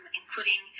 including